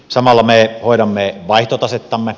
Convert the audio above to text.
samalla me hoidamme vaihtotasettamme